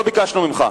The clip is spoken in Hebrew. לא ביקשנו ממך.